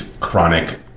chronic